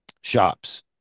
shops